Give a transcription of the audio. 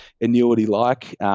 annuity-like